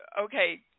okay